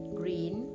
green